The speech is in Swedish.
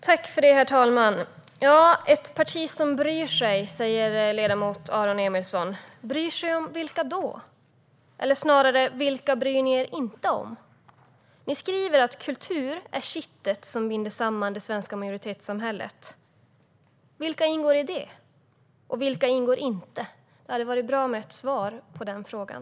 Herr talman! Det är ett parti som bryr sig, säger ledamot Aron Emilsson. Jag undrar: Vilka bryr man sig om? Eller jag undrar snarare: Vilka bryr ni er inte om? Ni skriver att kultur är kittet som binder samman det svenska majoritetssamhället. Vilka ingår i det, och vilka ingår inte? Det hade varit bra med ett svar på den frågan.